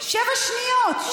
שבע שניות.